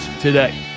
today